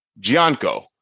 Gianco